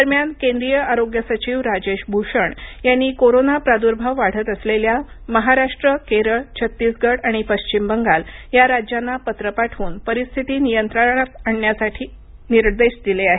दरम्यान केंद्रीय आरोग्य सचिव राजेश भूषण यांनी कोरोना प्रादुर्भाव वाढत असलेल्या महाराष्ट्र केरळ छत्तीसगड आणि पश्चिम बंगाल या राज्यांना पत्र पाठवून परिस्थिती नियंत्रणात आणण्याविषयी निर्देश दिले आहेत